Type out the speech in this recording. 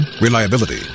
reliability